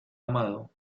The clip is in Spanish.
amado